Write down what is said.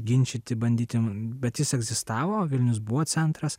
ginčyti bandyti bet jis egzistavo vilnius buvo centras